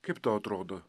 kaip tau atrodo